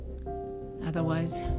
Otherwise